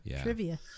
Trivia